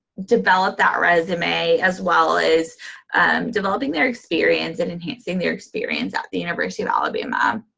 develop that resume as well as developing their experience and enhancing their experience at the university of alabama.